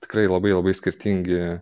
tikrai labai labai skirtingi